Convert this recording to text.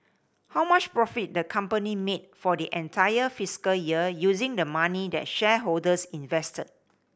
how much profit the company made for the entire fiscal year using the money that shareholders invested